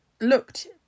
looked